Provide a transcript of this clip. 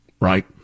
Right